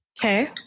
Okay